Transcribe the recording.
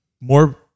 more